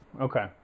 Okay